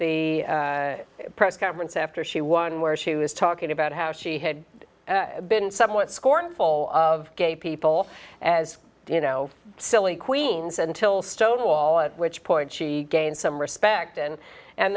the press conference after she won where she was talking about how she had been somewhat scornful of gay people d as you know silly queens until stonewall at which point she gained some respect and and